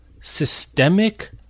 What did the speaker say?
systemic